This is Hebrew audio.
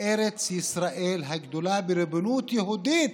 ארץ ישראל הגדולה בריבונות יהודית,